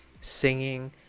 singing